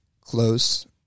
close